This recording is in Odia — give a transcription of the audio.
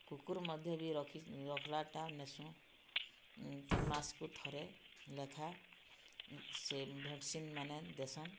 କୁକୁର୍ ମଧ୍ୟ ବି ରଖିଲାଟା ନେସୁଁ ତିନ୍ ମାସ୍କୁ ଥରେ ଲେଖା ସେ ଭେକ୍ସିନ୍ମାନେ ଦେସନ୍